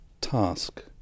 task